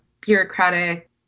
bureaucratic